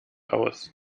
aus